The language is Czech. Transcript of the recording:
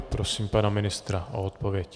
Prosím pana ministra o odpověď.